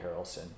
Harrelson